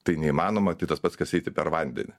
tai neįmanoma tai tas pats kas eiti per vandenį